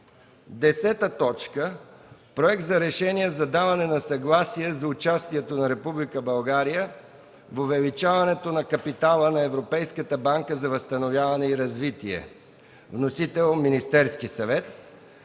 четвъртък. 10. Проект за решение за даване на съгласие за участието на Република България в увеличаването на капитала на Европейската банка за възстановяване и развитие. Вносител – Министерският съвет.